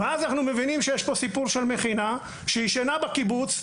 ואז אנחנו מבינים שיש פה סיפור של מכינה שישנה בקיבוץ,